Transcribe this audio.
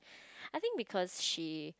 I think because she